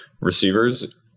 receivers